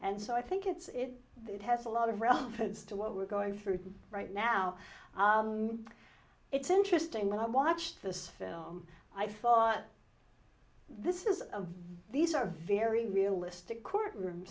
and so i think it's it has a lot of reference to what we're going through right now it's interesting when i watch this film i thought this is a very these are very realistic courtroom